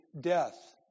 death